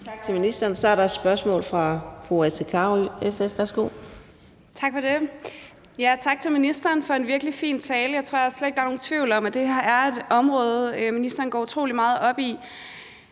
Tak til ministeren. Så er der et spørgsmål fra fru Astrid Carøe, SF. Værsgo. Kl. 10:20 Astrid Carøe (SF): Tak for det. Tak til ministeren for en virkelig fin tale. Jeg tror slet ikke, at der er nogen tvivl om, at det her er et område, ministeren går utrolig meget op i.